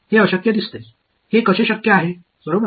हे अशक्य दिसते हे कसे शक्य आहे बरोबर